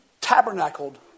tabernacled